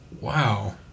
Wow